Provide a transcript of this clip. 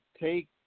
take